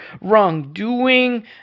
wrongdoing